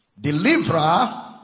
deliverer